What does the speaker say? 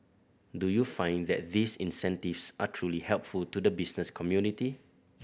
do you find that these incentives are truly helpful to the business community